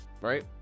right